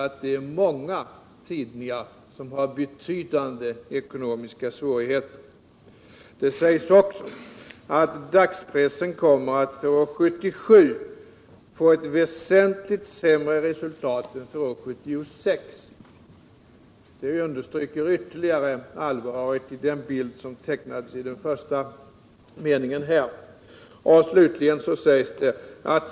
”Dagspressen kommer för år 1977 att redovisa ett väsentligt sämre ekonomiskt resultat än för 1976.” — Det understryker ytterligare allvaret i den bild som tecknades genom den första meningen jag citerade.